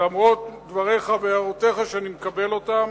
למרות דבריך והערותיך, שאני מקבל אותם.